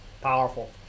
powerful